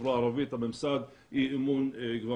בחברה הערבית בממסד יש אי אמון כבר